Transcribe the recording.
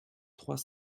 trois